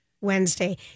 Wednesday